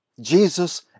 Jesus